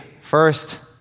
First